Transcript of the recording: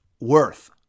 worth